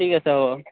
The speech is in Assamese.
ঠিক আছে হ'ব